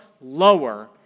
lower